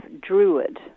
druid